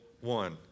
one